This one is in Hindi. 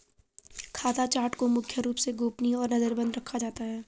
खाता चार्ट को मुख्य रूप से गोपनीय और नजरबन्द रखा जाता है